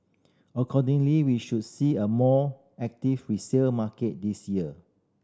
accordingly we should see a more active resale market this year